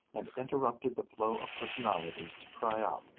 and interrupted the flow of personalities to cry out,